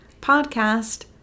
podcast